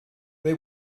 they